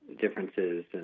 differences